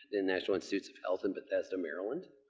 the national institute of health in bethesda, maryland.